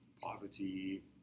poverty